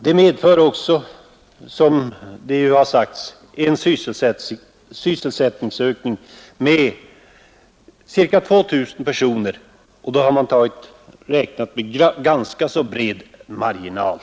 Detta medför också, som det har sagts, en sysselsättningsökning med ca 2 000 personer, och då har man räknat med ganska bred marginal.